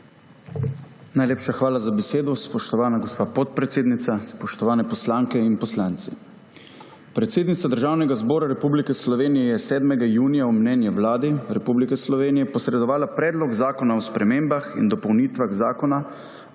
Najlepša hvala za besedo. Spoštovana gospa podpredsednica, spoštovane poslanke in poslanci! Predsednica Državnega zbora Republike Slovenije je 7. junija v mnenje Vladi Republike Slovenije posredovala Predlog zakona o spremembah in dopolnitvah Zakona